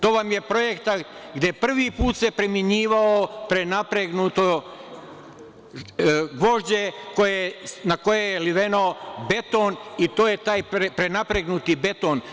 To vam je projekat gde se prvi put primenjivalo prenapregnuto gvožđe na koje je liven beton i to je taj prenapregnuti beton.